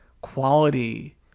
quality